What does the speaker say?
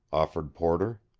offered porter.